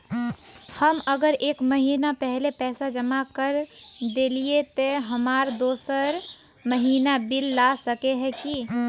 हम अगर एक महीना पहले पैसा जमा कर देलिये ते हम दोसर महीना बिल ला सके है की?